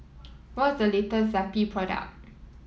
what's the latest Zappy product